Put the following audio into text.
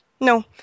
no